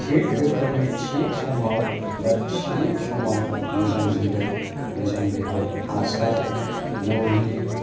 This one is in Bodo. थिग रोखोमै थिग समाव बा थि समाव मोजां जोलै मोजां बेगर हासार मुलि